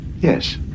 Yes